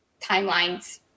timelines